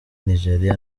nigeria